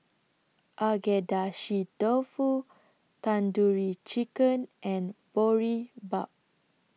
Agedashi Dofu Tandoori Chicken and Boribap